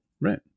right